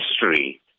history